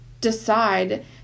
decide